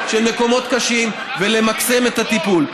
משפחות ומקומות קשים, ולמקסם את הטיפול.